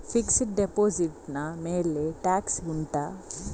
fixed deposit ನ ಮೇಲೆ tax ಉಂಟಾ